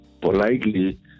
politely